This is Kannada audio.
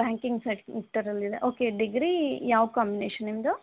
ಬ್ಯಾಂಕಿಂಗ್ ಸೆಕ್ಟರ್ ಅಲ್ಲಿದೆ ಓಕೆ ಡಿಗ್ರಿ ಯಾವ ಕಾಂಬಿನೇಶನ್ ನಿಮ್ದು